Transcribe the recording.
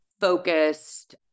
focused